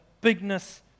bigness